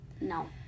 No